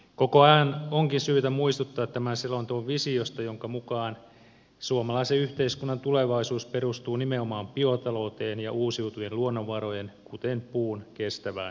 koko ajan onkin syytä muistuttaa tämän selonteon visiosta jonka mukaan suomalaisen yhteiskunnan tulevaisuus perustuu nimenomaan biotalouteen ja uusiutuvien luonnonvarojen kuten puun kestävään käyttöön